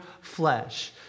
flesh